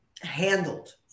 handled